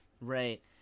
Right